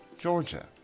Georgia